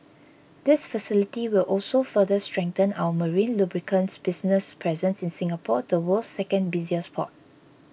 this facility will also further strengthen our marine lubricants business's presence in Singapore the world's second busiest port